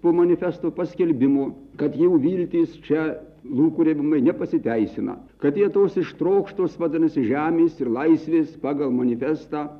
po manifesto paskelbimo kad jau viltys čia lūkuriavimai nepasiteisina kad jie tos ištrokštos vadinasi žemės ir laisvės pagal manifestą